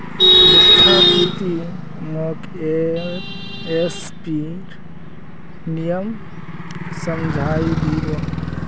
दीक्षा की ती मोक एम.एस.पीर नियम समझइ दी बो